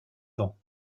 vent